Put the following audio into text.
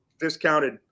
discounted